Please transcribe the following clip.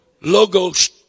logos